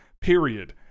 period